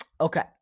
okay